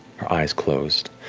her eyes closed.